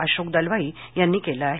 अशोक दलवाई यांनी केलं आहे